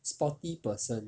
sporty person